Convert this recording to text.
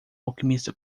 alquimista